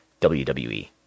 WWE